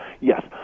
Yes